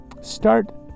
start